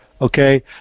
okay